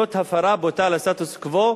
זאת הפרה בוטה של הסטטוס-קוו,